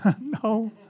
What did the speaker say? No